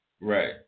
Right